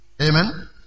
Amen